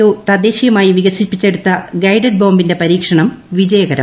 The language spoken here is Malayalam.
ഒ തദ്ദേശീയമായി വികസിപ്പിച്ചെടുത്ത ഗൈഡ് ബോംബിന്റെ പരീക്ഷണം വിജയകരം